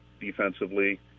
defensively